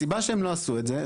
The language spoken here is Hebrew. הסיבה שהם לא עשו את זה,